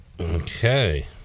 Okay